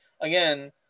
again